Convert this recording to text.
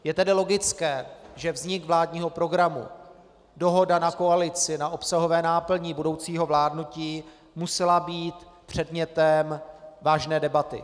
Je tedy logické, že vznik vládního programu, dohoda na koalici, na obsahové náplni budoucího vládnutí musely být předmětem vážné debaty.